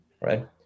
right